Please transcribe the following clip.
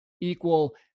equal